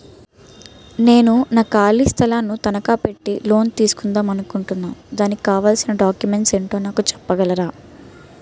నేను నా ఖాళీ స్థలం ను తనకా పెట్టి లోన్ తీసుకుందాం అనుకుంటున్నా దానికి కావాల్సిన డాక్యుమెంట్స్ ఏంటో నాకు చెప్పగలరా?